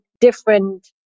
different